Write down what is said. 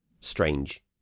strange